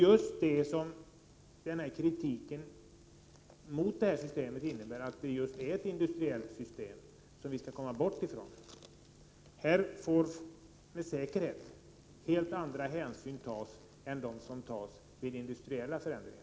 Och det som kritiken mot detta system går ut på är just att det är ett industriellt system, som vi skall komma bort ifrån. Här får med säkerhet helt andra hänsyn tas än vid industriella förändringar.